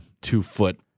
two-foot